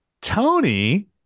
Tony